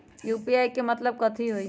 UPI के मतलब कथी होई?